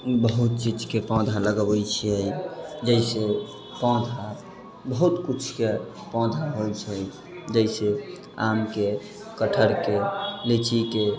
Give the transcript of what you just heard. बहुत चीजके पौधा लगबै छिए जइसे पौधा बहुत किछुके पौधा होइ छै जइसे आमके कटहरके लीचीके